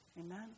Amen